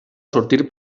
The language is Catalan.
sortir